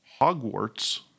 Hogwarts